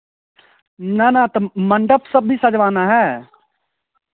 ना ना त मंडप सब भी सजवाना है